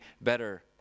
better